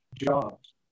jobs